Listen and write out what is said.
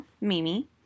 Mimi